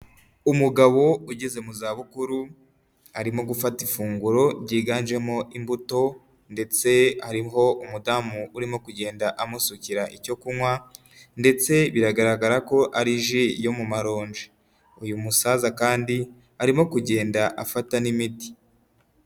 Umugabo ugeze mu za bukuru arimo gufata ifunguro ryiganjemo imbuto ndetse ariho umudamu urimo kugenda amusukira icyo kunywa ndetse biragaragara ko ari ji yo mu maronje, uyu musaza kandi arimo kugenda afata n'imiti.